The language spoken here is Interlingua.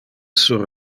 sur